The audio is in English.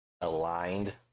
aligned